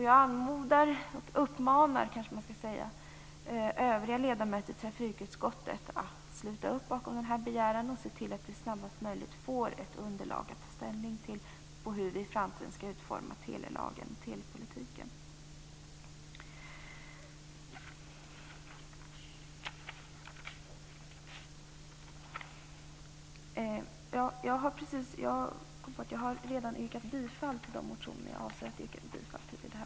Jag uppmanar övriga ledamöter i trafikutskottet att sluta upp bakom denna begäran att så snart som möjligt få ett underlag att ta ställning till hur den framtida telelagen och telepolitiken skall utformas. Jag har redan yrkat bifall till de motioner jag hade avsett att yrka bifall till i det här avsnittet.